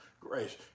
Grace